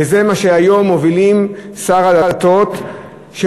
וזה מה שהיום מובילים שר הדתות וסגנו,